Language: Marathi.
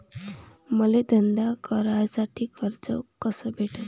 मले धंदा करासाठी कर्ज कस भेटन?